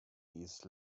east